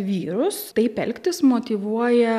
vyrus taip elgtis motyvuoja